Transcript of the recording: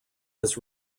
his